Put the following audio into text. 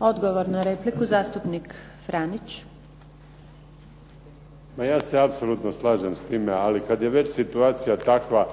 Odgovor na repliku, zastupnik Franić. **Franić, Zdenko (SDP)** Pa ja se apsolutno slažem s time, ali kad je već situacija takva,